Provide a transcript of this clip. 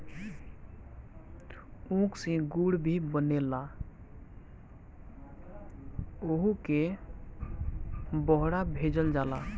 ऊख से गुड़ भी बनेला ओहुके बहरा भेजल जाला